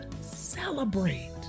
celebrate